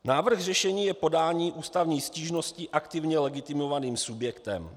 Návrh řešení je podání ústavní stížnosti aktivně legitimovaným subjektem.